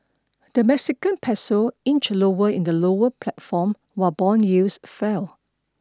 the Mexican peso inched lower in the lower platform while bond yields fell